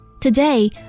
Today